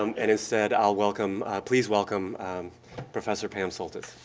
um and instead, i'll welcome please welcome professor pam soltis.